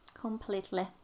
Completely